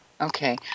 Okay